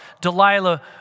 Delilah